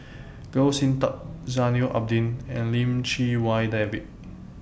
Goh Sin Tub Zainal Abidin and Lim Chee Wai David